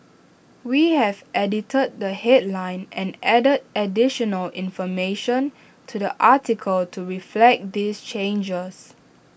we have edited the headline and added additional information to the article to reflect these changes